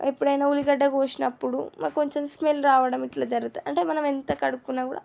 ఎప్పుడైనా ఉల్లిగడ్డ కోసినప్పుడు నాకు కొంచెం స్మెల్ రావడం ఇట్లా జరుగుతుంది అంటే మనం ఎంత కడుక్కున్నా కూడా